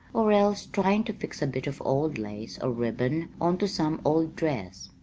or else tryin' to fix a bit of old lace or ribbon on to some old dress.